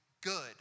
good